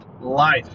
Life